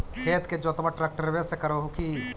खेत के जोतबा ट्रकटर्बे से कर हू की?